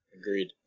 Agreed